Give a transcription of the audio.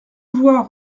vous